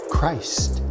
Christ